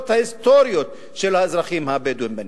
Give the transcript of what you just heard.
ההיסטוריות של האזרחים הבדואים בנגב.